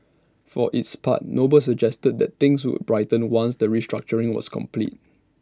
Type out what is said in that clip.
for its part noble suggested that things would brighten once the restructuring was complete